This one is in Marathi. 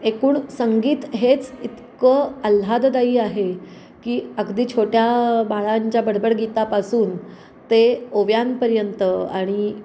एकूण संगीत हेच इतकं आल्हाददायी आहे की अगदी छोट्या बाळांच्या बडबड गीतापासून ते ओव्यांपर्यंत आणि